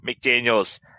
McDaniels